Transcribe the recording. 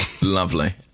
lovely